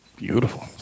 Beautiful